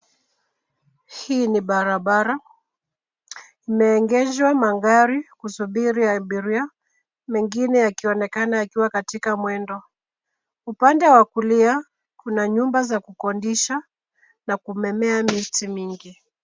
Hii ni barabara, imeegeshwa magari kusubiri abiria. Mengine yakionekana yakiwa katika mwendo. Upande wa kulia, kuna nyumba za kukodisha na kumemea miti mingi.